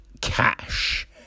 cash